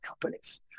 companies